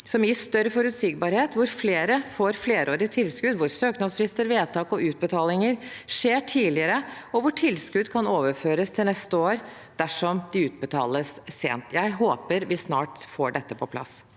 som gir større forutsigbarhet, hvor flere får flerårige tilskudd, hvor søknadsfrister, vedtak og utbetalinger skjer tidligere, og hvor tilskudd kan overføres til året etter dersom de utbetales sent. Jeg håper vi snart får dette på plass.